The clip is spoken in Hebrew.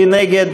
מי נגד?